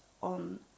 on